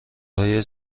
های